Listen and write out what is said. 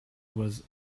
was